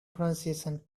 pronunciation